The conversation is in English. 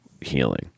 healing